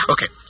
Okay